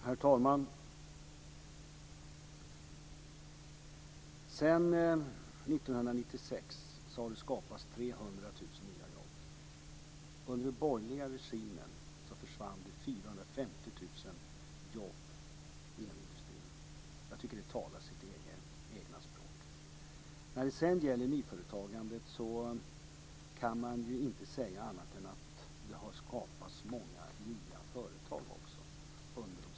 Herr talman! Sedan 1996 har det skapats 300 000 nya jobb. Under den borgerliga regimen försvann 450 000 jobb inom industrin. Jag tycker att det talar sitt eget språk. När det gäller nyföretagandet kan man inte säga annat än att det också har skapats många nya företag under de senaste åren.